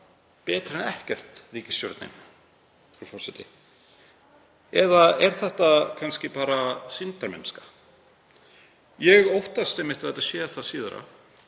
„betra en ekkert“-ríkisstjórnin, frú forseti, eða er þetta kannski bara sýndarmennska? Ég óttast einmitt að það sé það síðara